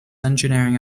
engineering